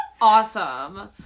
awesome